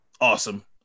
awesome